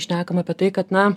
šnekam apie tai kad na